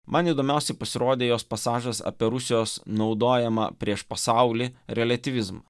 man įdomiausiai pasirodė jos pasažas apie rusijos naudojamą prieš pasaulį reliatyvizmą